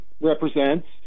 represents